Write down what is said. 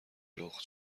لخت